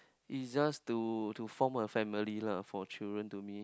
is just to to form a family lah for children to me